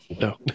No